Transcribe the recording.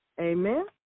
Amen